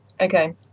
okay